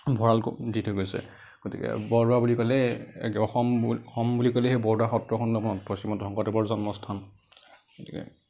ভঁড়াল দি থৈ গৈছে গতিকে বৰদোৱা বুলি ক'লে অসম অসম বুলি ক'লে বৰদোৱা সত্ৰখন নহয় শ্ৰীমন্ত শংকৰদেৱৰ জন্মস্থান গতিকে